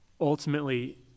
ultimately